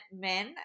men